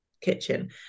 kitchen